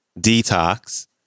Detox